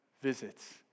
visits